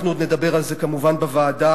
אנחנו עוד נדבר על זה, כמובן, בוועדה,